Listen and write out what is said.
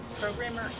Programmer